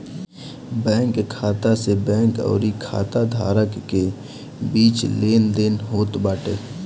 bank खाता से bank अउरी खाता धारक के बीच लेनदेन होत बाटे